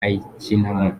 ayikinamo